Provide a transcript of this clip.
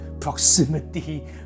proximity